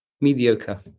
mediocre